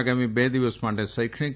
આગામી બે દિવસ માટે શૈક્ષણિક